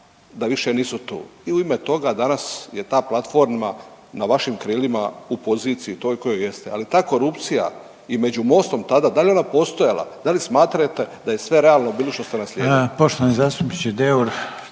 da više nisu tu i u ime toga danas je ta platforma na vašim krilima u poziciji toj u kojoj jeste, ali ta korupcija i među Mostom tada da li je ona postojala, da li smatrate da je sve realno bilo što ste naslijedili?